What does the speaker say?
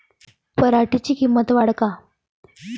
पराटीची किंमत वाढन का?